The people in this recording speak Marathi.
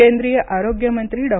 केंद्रिय आरोग्य मंत्री डॉ